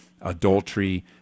adultery